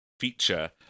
Feature